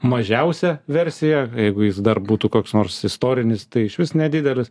mažiausia versija jeigu jis dar būtų koks nors istorinis tai išvis nedidelis